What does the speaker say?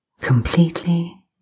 completely